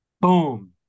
Boom